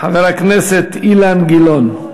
חבר הכנסת אילן גילאון.